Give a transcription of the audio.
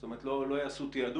זאת אומרת, לא יעשו תיעדוף.